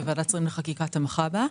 ועדת שרים לחקיקה תמכה בה,